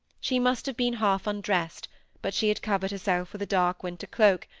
she must have been half undressed but she had covered herself with a dark winter cloak,